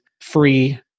free